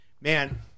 Man